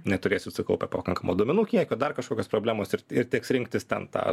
neturėsit sukaupę pakankamo duomenų kiekio dar kažkokios problemos ir ir teks rinktis ten tą